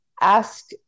Ask